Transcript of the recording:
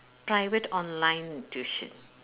private online tuition